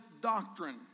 doctrine